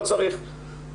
אני לא צריך.